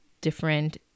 different